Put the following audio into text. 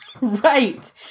Right